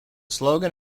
slogan